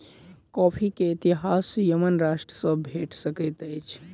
coffee के इतिहास Yemen राष्ट्र सॅ भेट सकैत अछि